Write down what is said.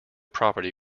property